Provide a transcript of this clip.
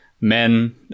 men